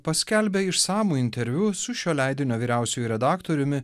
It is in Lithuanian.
paskelbė išsamų interviu su šio leidinio vyriausiuoju redaktoriumi